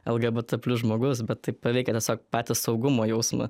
lgbt plius žmogus bet tai paveikia tiesiog patį saugumo jausmą